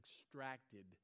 extracted